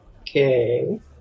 Okay